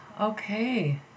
okay